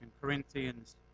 Corinthians